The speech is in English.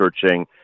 searching